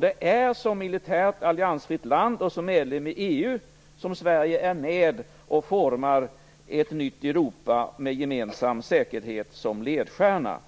Det är som militärt alliansfritt land och som medlem i EU som Sverige är med och formar ett nytt Europa med gemensam säkerhet som ledstjärna.